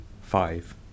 five